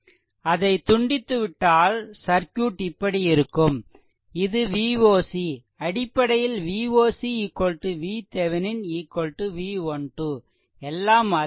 அதை துண்டித்துவிட்டால் சர்க்யூட் இப்படி இருக்கும் இது Voc அடிப்படையில் Voc VThevenin V 12 எல்லாம் அதேதான்